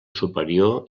superior